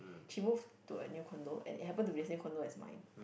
she moved to a new condo and it happen to be the same condo as mine